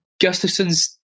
Gustafson's